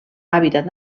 hàbitat